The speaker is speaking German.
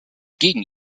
gegen